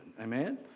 Amen